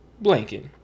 blanket